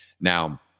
Now